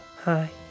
hi